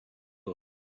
look